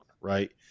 right